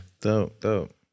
Dope